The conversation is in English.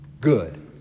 Good